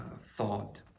thought